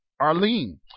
arlene